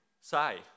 say